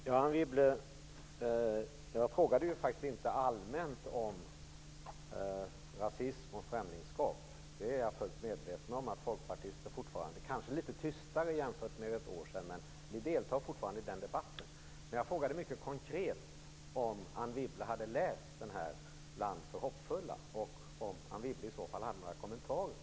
Fru talman! Anne Wibble! Jag frågade inte allmänt om rasism och främlingskap. Jag är fullt medveten om att folkpartister fortfarande - men kanske litet tystare jämfört med för ett år sedan - deltar i den debatten. Jag frågade mycket konkret om Anne Wibble hade läst Land för hoppfulla, och om hon i så fall hade några kommentarer.